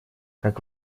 как